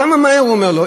כמה מהר, הוא אומר לו.